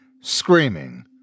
screaming